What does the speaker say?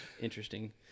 interesting